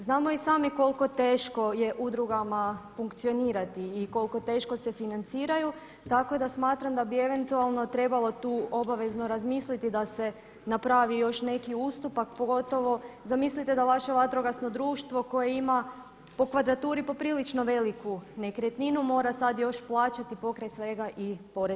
Znamo i sami koliko teško je udrugama funkcionirati i koliko teško se financiraju, tako da smatram da bi eventualno trebalo tu obavezno razmisliti da se napravi još neki ustupak pogotovo zamislite da vaše vatrogasno društvo koje ima po kvadraturi poprilično veliku nekretninu, mora sada još plaćati pokraj svega i porez na nekretnine.